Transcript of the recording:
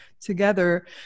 together